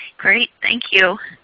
great, thank you.